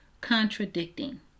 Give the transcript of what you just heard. contradicting